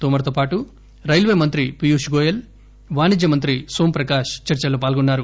తోమర్ తో పాటు రైల్వే మంత్రి పియూష్ గోయల్ వాణిజ్యమంత్రి నోమ్ ప్రకాశ్ చర్చల్లో పాల్గొన్నారు